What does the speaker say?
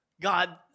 God